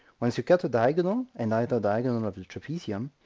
once you cut a diagonal and either diagonal of the trapezium,